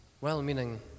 well-meaning